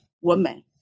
woman